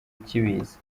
cy’ibiza